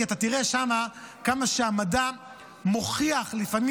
כי אתה תראה שם כמה שהמדע מוכיח לפעמים